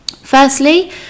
Firstly